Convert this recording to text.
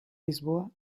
lisboa